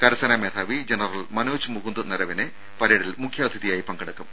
കരസേന മേധാവി ജനറൽ മനോജ് മുകുന്ദ് നരവനെ പരേഡിൽ മുഖ്യാതിഥിയായി പങ്കെടുക്കും